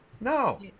No